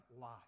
life